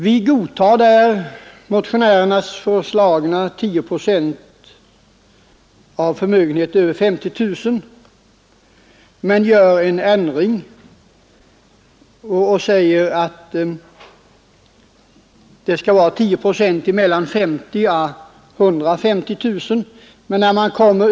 Vi godtar motionärernas förslag att en tiondel av förmögenhet över 50 000 kronor jämställs med taxerad inkomst men gör den ändringen att tiondelsberäkningen skall gälla för förmögenhet mellan 50 000 kronor och 150 000 kronor.